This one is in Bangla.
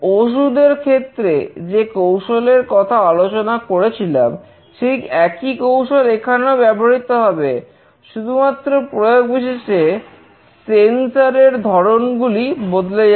ওষুধের ক্ষেত্রে যে কৌশলের কথা আলোচনা করেছিলাম সেই একই কৌশল এখানেও ব্যবহৃত হবে শুধুমাত্র প্রয়োগ বিশেষে সেন্সর এর ধরন গুলি বদলে যাবে